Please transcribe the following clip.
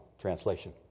translation